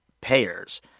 payers